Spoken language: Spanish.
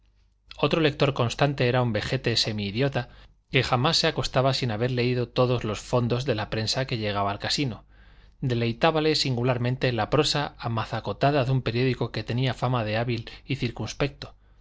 otro lector constante era un vejete semi idiota que jamás se acostaba sin haber leído todos los fondos de la prensa que llegaba al casino deleitábale singularmente la prosa amazacotada de un periódico que tenía fama de hábil y